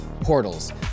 portals